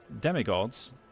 demigods